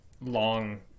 long